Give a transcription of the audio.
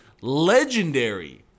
legendary